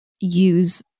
use